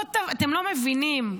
אתם לא מבינים,